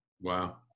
Wow